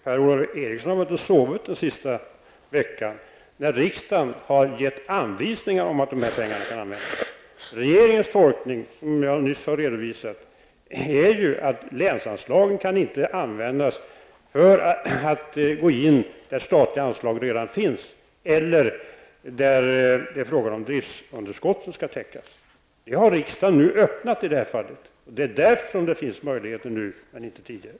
Herr talman! Per-Ola Eriksson har väl inte sovit den senaste veckan, när riksdagen har gett anvisningar om att dessa pengar kan användas? Regeringens tolkning, som jag nyss har redovisat, är att länsanslagen inte kan användas för att gå in där statliga anslag redan finns eller för att täcka driftsunderskott. Riksdagen har nu öppnat vägen för det, och det är därför som det finns möjligheter nu som inte fanns det tidigare.